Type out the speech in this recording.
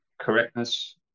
correctness